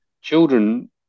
children